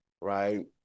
Right